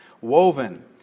woven